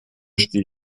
stehe